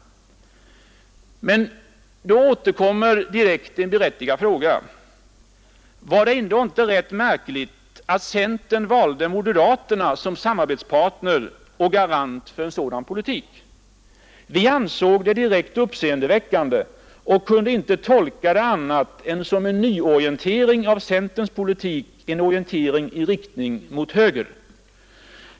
Men var det ändå inte rätt märkligt att centern valde moderaterna som samarbetspartner och garant för en sådan politik? Vi ansåg det direkt uppseendeväckande och kunde inte tolka det på annat sätt än som en nyorientering av centerns politik, en orientering i riktning mot höger.